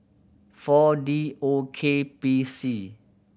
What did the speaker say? Four D O K P C